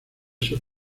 sus